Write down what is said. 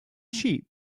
sheep